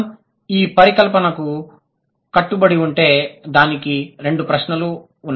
మనం ఈ పరికల్పనకు కట్టుబడి ఉంటే దానికి రెండు ప్రశ్నలు వున్నాయి